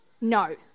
no